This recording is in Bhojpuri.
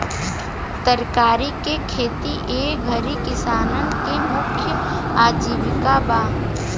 तरकारी के खेती ए घरी किसानन के मुख्य आजीविका बा